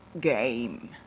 game